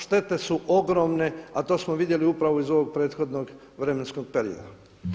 Šteta su ogromne, a to smo vidjeli upravo iz ovog prethodnog vremenskog perioda.